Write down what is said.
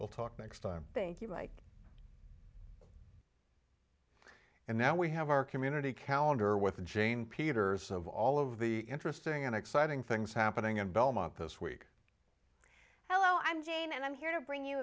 we'll talk next hour thank you mike and now we have our community calendar with jane peters of all of the interesting and exciting things happening in belmont this week hello i'm jane and i'm here to bring you